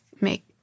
make